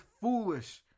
foolish